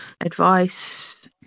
Advice